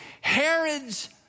Herod's